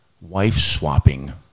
wife-swapping